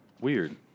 Weird